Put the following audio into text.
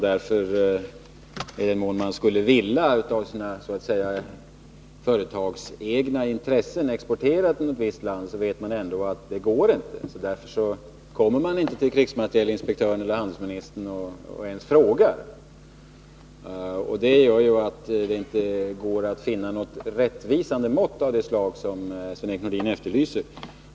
I den mån man av så att säga företagsegna intressen skulle vilja exportera till ett visst land så vet man att det ändå inte går, och därför kommer man inte till krigsmaterielinspektören eller handelsministern och frågar. Detta gör ju att det inte går att få något rättvisande mått av det slag som Sven-Erik Nordin efterlyser.